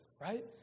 right